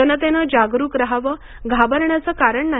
जनतेनं जागरुक राहावं घाबरण्याचं कारण नाही